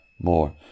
more